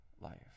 life